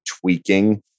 tweaking